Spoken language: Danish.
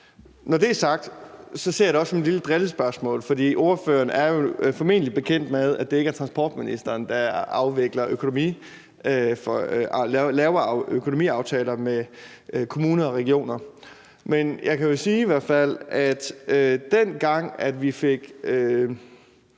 Når det er sagt, ser jeg det også som et lille drillespørgsmål, for spørgeren er jo formentlig bekendt med, at det ikke er transportministeren, der laver økonomiaftaler med kommuner og regioner. Men jeg kan jo i hvert fald sige, at dengang styrelsen